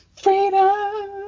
Freedom